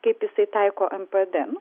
kaip jisai taiko npd nu